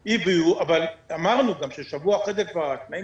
אבל אמרנו גם ששבוע אחרי זה התנאים כבר